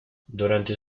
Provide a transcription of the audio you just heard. durante